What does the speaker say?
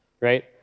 right